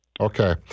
Okay